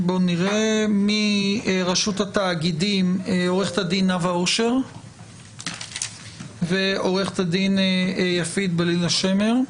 מרשות התאגידים עו"ד נאוה אושר ועו"ד יפית בלילה שמר.